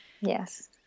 Yes